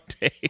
day